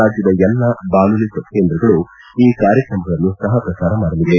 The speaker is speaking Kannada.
ರಾಜ್ಯದ ಎಲ್ಲಾ ಬಾನುಲಿ ಕೇಂದ್ರಗಳು ಈ ಕಾರ್ಯಕ್ರಮಗಳನ್ನು ಸಹ ಪ್ರಸಾರ ಮಾಡಲಿವೆ